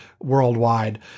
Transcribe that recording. worldwide